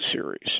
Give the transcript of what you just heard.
series